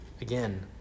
again